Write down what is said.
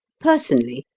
personally,